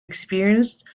experienced